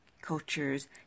cultures